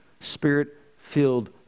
spirit-filled